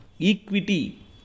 Equity